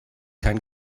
kein